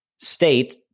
state